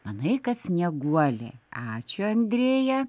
manai kad snieguolė ačiū andrėja